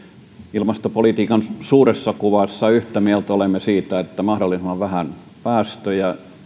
ilmastopolitiikan suuressa kuvassa olemme yhtä mieltä siitä että mahdollisimman vähän päästöjä